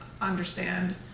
understand